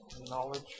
Knowledge